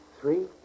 Three